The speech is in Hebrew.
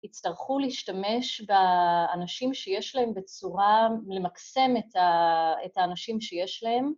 יצטרכו להשתמש באנשים שיש להם בצורה למקסם את האנשים שיש להם.